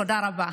תודה רבה,